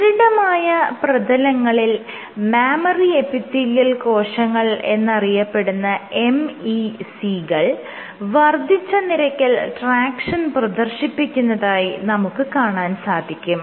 സുദൃഢമായ പ്രതലങ്ങളിൽ mammary epithelial കോശങ്ങൾ എന്നറിയപ്പെടുന്ന MEC കൾ വർദ്ധിച്ച നിരക്കിൽ ട്രാക്ഷൻ പ്രദർശിപ്പിക്കുന്നതായി നമുക്ക് കാണാൻ സാധിക്കും